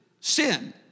sin